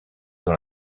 dans